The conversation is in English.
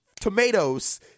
tomatoes